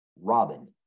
Robin